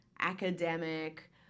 academic